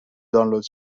دانلود